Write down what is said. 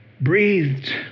breathed